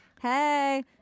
Hey